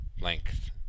length